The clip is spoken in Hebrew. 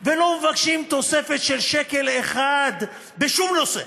ולא מבקשים תוספת של שקל אחד בשום נושא,